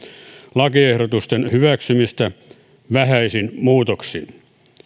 lakiehdotusten hyväksymistä vähäisin muutoksin